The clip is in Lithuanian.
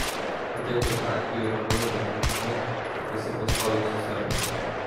o kiek tokių atvejų yra buvę dėl teismų kad visi pastoviai suserga